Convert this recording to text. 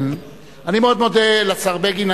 אני מאוד מודה לשר בגין.